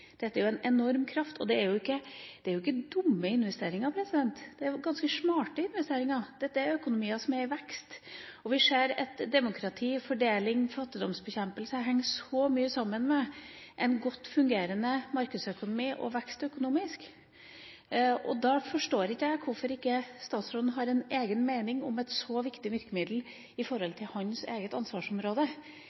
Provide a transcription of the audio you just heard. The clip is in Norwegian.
Dette er jo en enorm kraft, og det er ikke dumme investeringer. Det er ganske smarte investeringer. Dette er økonomier som er i vekst, og vi ser at demokrati, fordeling og fattigdomsbekjempelse henger så mye sammen med en godt fungerende markedsøkonomi og vekst økonomisk. Da forstår ikke jeg hvorfor statsråden ikke har en egen mening om et så viktig virkemiddel på hans eget ansvarsområde.